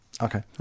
Okay